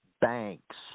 banks